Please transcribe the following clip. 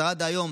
השרה דהיום